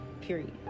Period